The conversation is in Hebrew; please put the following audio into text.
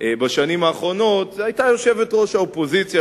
בשנים האחרונות היה יושבת-ראש האופוזיציה,